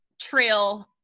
trail